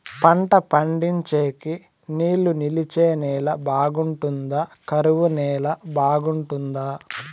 పంట పండించేకి నీళ్లు నిలిచే నేల బాగుంటుందా? కరువు నేల బాగుంటుందా?